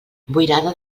boirada